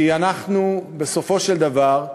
כי אנחנו, בסופו של דבר,